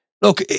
look